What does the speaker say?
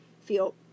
feel